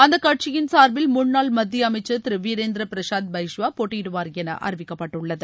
அந்த கட்சியின் சார்பில் முன்னாள் மத்திய அமைச்சர் திரு வீரேந்திர பிரசாத் பைஷ்யா போட்டியிடுவார் என அறிவிக்கப்பட்டுள்ளது